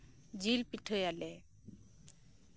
ᱡᱤᱞ ᱯᱤᱴᱷᱟᱹ ᱭᱟᱞᱮ